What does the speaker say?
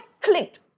clicked